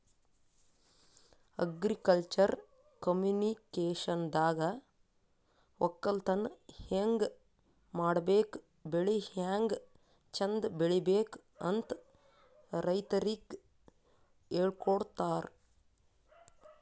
agriculture ಕಮ್ಯುನಿಕೇಷನ್ದಾಗ ವಕ್ಕಲತನ್ ಹೆಂಗ್ ಮಾಡ್ಬೇಕ್ ಬೆಳಿ ಹ್ಯಾಂಗ್ ಚಂದ್ ಬೆಳಿಬೇಕ್ ಅಂತ್ ರೈತರಿಗ್ ಹೇಳ್ಕೊಡ್ತಾರ್